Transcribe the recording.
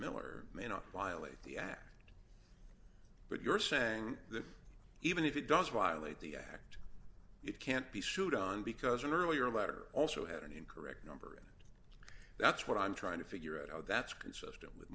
not violate the act but you're saying that even if it does violate the act it can't be sued on because an earlier letter also had an incorrect number and that's what i'm trying to figure out how that's consistent with